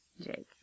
Jake